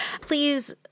Please